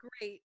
Great